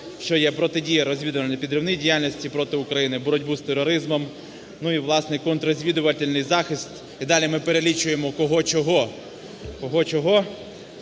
що є: протидія розвідувальній підривній діяльності проти України, боротьба з тероризмом, ну і, власне, контррозвідувальний захист. І далі ми перелічуємо кого, чого.